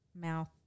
mouth